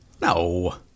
No